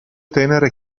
tenere